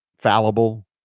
fallible